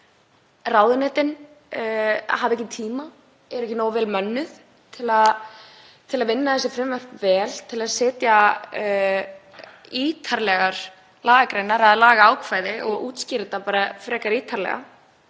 að ráðuneytin hafa ekki tíma, eru ekki nógu vel mönnuð til að vinna þessi frumvörp vel, til að setja ítarlegar lagagreinar eða lagaákvæði og útskýra þetta frekar ítarlega?